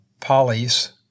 polys